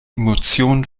emotionen